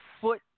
foot